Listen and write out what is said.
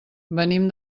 venim